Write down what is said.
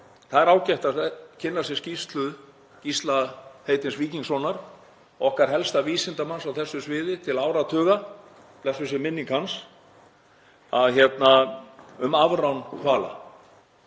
það er ágætt að kynna sér skýrslu Gísla heitins Víkingssonar, okkar helsta vísindamanns á þessu sviði til áratuga, blessuð sé minning hans, um afrán hvala.